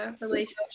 relationship